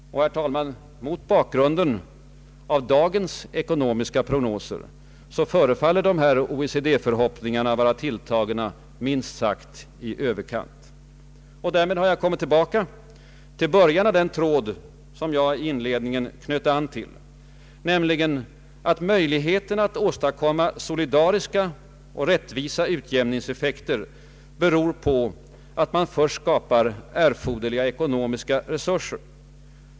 Mot bakgrunden av dagens ekonomiska prognoser förefaller dessa OECD förhoppningar vara tilltagna minst sagt i överkant. Därmed, herr talman, har jag kommit tillbaka till början av den tråd som jag inledningsvis anknöt till, nämligen att möjligheterna att åstadkomma solidariska och rättvisa utjämningseffekter beror på att man först skapar erforderliga ekonomiska resurser.